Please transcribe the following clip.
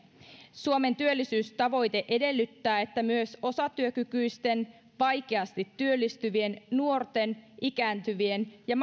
suomen työllisyystavoite edellyttää että myös osatyökykyisten vaikeasti työllistyvien nuorten ikääntyvien ja